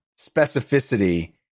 specificity